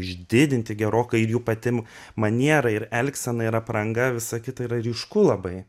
išdidinti gerokai jų pati maniera ir elgsena ir apranga visa kita yra ryšku labai